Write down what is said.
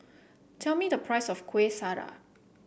tell me the price of Kueh Syara